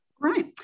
Right